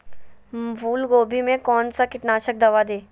फूलगोभी में कौन सा कीटनाशक दवा दे?